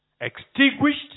extinguished